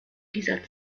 dieser